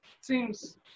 seems